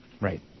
Right